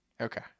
Okay